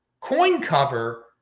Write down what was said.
CoinCover